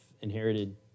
inherited